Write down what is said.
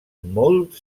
molt